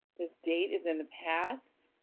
this date is in the past.